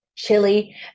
chili